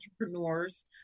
entrepreneurs